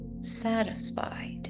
satisfied